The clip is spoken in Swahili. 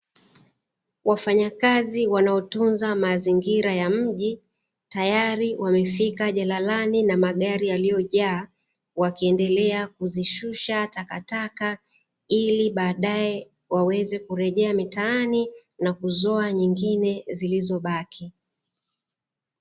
Wafanyakazi wanaotunza mazingira ya mji, tayari wamefika jalalani na magari yaliyojaa, wakiendelea kuzishusha takataka, ili baadaye waweze kurujea mitaani, na kuzoa nyingine zilizobaki.